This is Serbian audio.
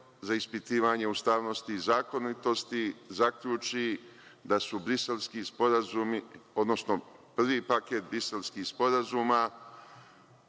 za ispitivanje ustavnosti i zakonitosti, zaključi da su briselski sporazumi odnosno prvi paket briselskih sporazuma